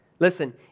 Listen